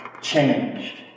changed